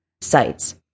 sites